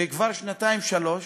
וכבר שנתיים-שלוש,